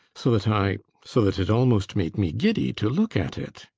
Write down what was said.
so that i so that it almost made me giddy to look at it.